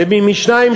ומשניים,